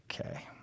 Okay